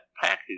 package